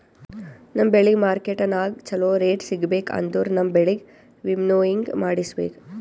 ನಮ್ ಬೆಳಿಗ್ ಮಾರ್ಕೆಟನಾಗ್ ಚೋಲೊ ರೇಟ್ ಸಿಗ್ಬೇಕು ಅಂದುರ್ ನಮ್ ಬೆಳಿಗ್ ವಿಂನೋವಿಂಗ್ ಮಾಡಿಸ್ಬೇಕ್